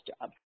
job